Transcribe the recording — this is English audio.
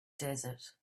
desert